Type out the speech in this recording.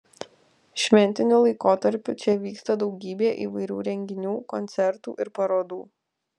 šventiniu laikotarpiu čia vyksta daugybė įvairių renginių koncertų ir parodų